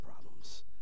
problems